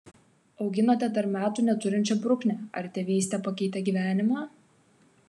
auginate dar metų neturinčią bruknę ar tėvystė pakeitė gyvenimą